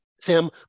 Sam